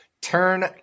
turn